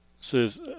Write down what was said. says